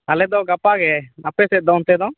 ᱟᱞᱮᱫᱚ ᱜᱟᱯᱟᱜᱮ ᱟᱯᱮᱥᱮᱫ ᱫᱚ ᱚᱱᱛᱮᱫᱚ